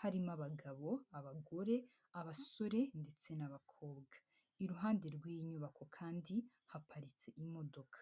harimo abagabo, abagore, abasore ndetse n'abakobwa. Iruhande rw'iyi nyubako kandi haparitse imodoka.